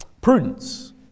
Prudence